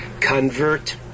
convert